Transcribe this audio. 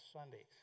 Sunday